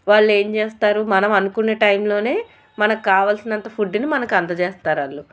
వాళ్ళు ఏం చేస్తారు మనం అనుకున్న టైంలోనే మనకు కావాల్సినంత ఫుడ్ని మనకు అందజేస్తారు వాళ్ళు